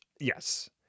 Yes